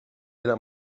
era